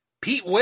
Pete